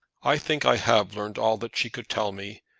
i think i have learned all that she could tell me.